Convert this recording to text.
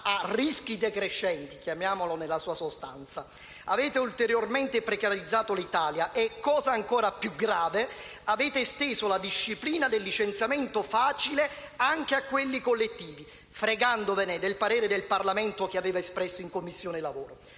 a rischi decrescenti - chiamiamolo nella sua sostanza - avete ulteriormente precarizzato l'Italia e, cosa ancora più grave, avete esteso la disciplina del licenziamento facile anche a quelli collettivi, fregandovene del parere che il Parlamento aveva espresso in Commissione lavoro.